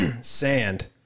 sand